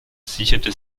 sicherte